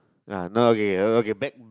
ya no okay okay back